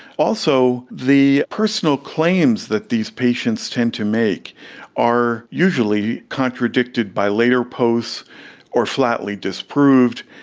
also, the personal claims that these patients tend to make are usually contradicted by later posts or flatly disproved.